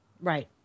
Right